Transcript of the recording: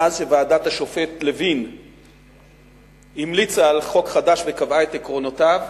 מאז שוועדת השופט לוין המליצה על חוק חדש וקבעה את עקרונותיו,